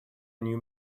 new